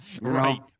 Right